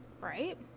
Right